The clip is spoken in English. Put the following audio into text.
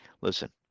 listen